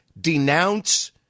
denounce